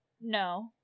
no